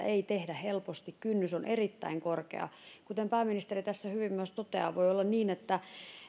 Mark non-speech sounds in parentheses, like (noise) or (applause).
(unintelligible) ei tehdä helposti kynnys on erittäin korkea kuten pääministeri tässä hyvin myös toteaa voi olla niin että